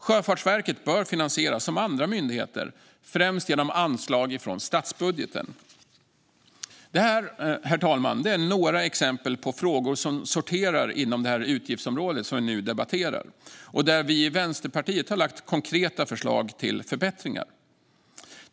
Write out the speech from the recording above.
Sjöfartsverket bör finansieras som andra myndigheter, främst genom anslag från statsbudgeten. Herr talman! Detta var några exempel på frågor som sorterar inom det utgiftsområde vi nu debatterar och där vi i Vänsterpartiet har lagt fram konkreta förslag till förbättringar.